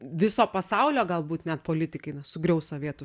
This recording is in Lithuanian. viso pasaulio galbūt net politikai na sugriaus sovietų